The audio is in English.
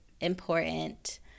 important